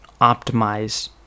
optimize